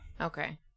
Okay